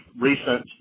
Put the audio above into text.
recent